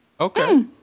Okay